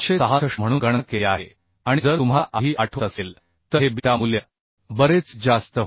566 म्हणून गणना केली आहे आणि जर तुम्हाला आधी आठवत असेल तर हे बीटा मूल्य बरेच जास्त होते